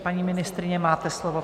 Paní ministryně, máte slovo.